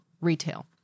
Retail